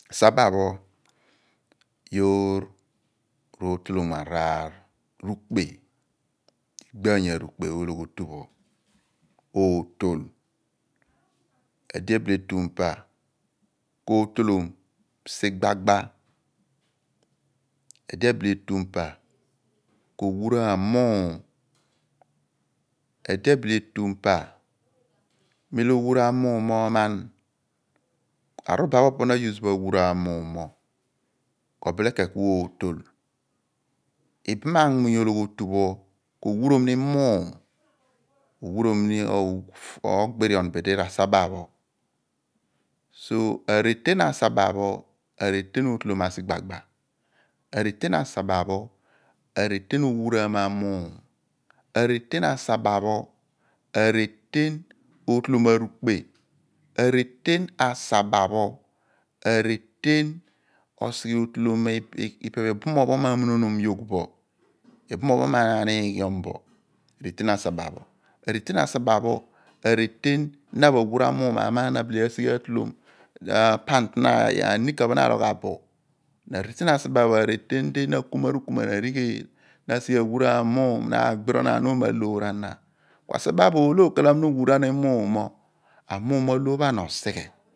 Saba pho your r'otolomghan raar. rufpe, igbaany arufpe ologhistu ootol. edi ebice etum pa, koutolom suybagba, edi, ebile etum pa ko wuraam muum. edi etum pa, mem lo na wura muum mo aaman, rubber pho na awuraam bo muum ko biće ni ku ootol bamanm any ologhootu pho k'o burom ni muum, koobirior ku obile ofugh saba pho so ten areten asaba pho po areten asigba gba areten asaba pho po areten owuraam amuum ootolom ar ukpe ootolom pe obumoony pho m'amunonom bo abuo aanighiom bo ku areten di na pho awura muum mo aman na ka bile ni ken dighi odighi argnal na ka sighe awuraam muum aagbirion oomo aloor ana asaba pho ku oolo po amuum mo loor pho ana osighe